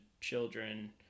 children